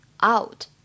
out